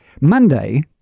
Monday